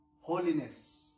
holiness